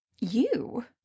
You